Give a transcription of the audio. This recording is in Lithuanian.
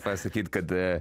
pasakyt kad